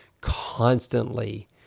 constantly